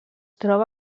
troba